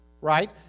right